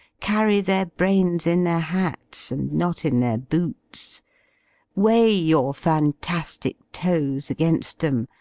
carry their brains in their hats, and not in their boots weigh your fantastic-toes against them,